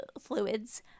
fluids